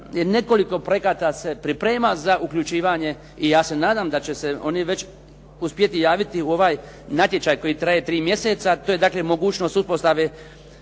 nekoliko projekata se priprema za uključivanje i ja se nadam da će se oni već uspjeti javiti u ovaj natječaj koji traje mjeseca, to je dakle mogućnost uspostave